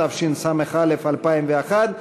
התשס"א 2001,